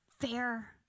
fair